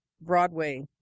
Broadway